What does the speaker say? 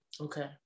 okay